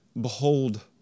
behold